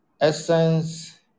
Essence